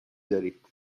دارید